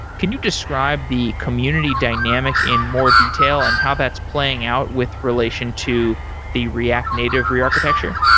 can you describe the community dynamic in more detail and how that's playing out with relation to the react native rearchitecture?